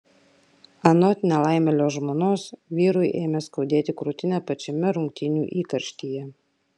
anot nelaimėlio žmonos vyrui ėmė skaudėti krūtinę pačiame rungtynių įkarštyje